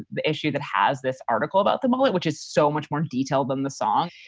the issue that has this article about the mullet, which is so much more detailed than the song,